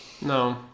No